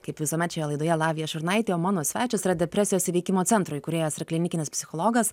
kaip visuomet šioje laidoje lavija šurnaitė o mano svečias yra depresijos įveikimo centro įkūrėjas ir klinikinis psichologas